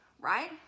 right